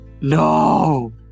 No